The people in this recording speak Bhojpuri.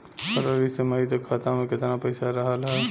फरवरी से मई तक खाता में केतना पईसा रहल ह?